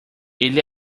ele